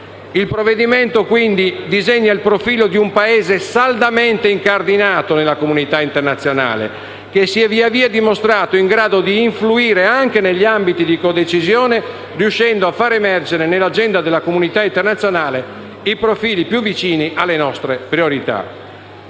Il provvedimento, quindi, disegna il profilo di un Paese saldamente incardinato nella comunità internazionale, che si è via via dimostrato in grado di influire anche negli ambiti di codecisione riuscendo a far emergere nell'agenda della comunità internazionale i profili più vicini alle nostre priorità.